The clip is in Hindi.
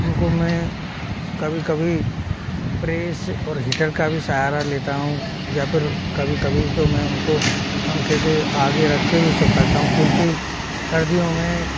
उनको मैं कभी कभी प्रेस और हीटर का भी सहारा लेता हूँ या फिर कभी कभी तो मैं उनको पंखे के आगे रख कर भी सुखाता हूँ क्योंकि सर्दियों में